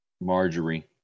Marjorie